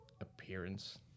appearance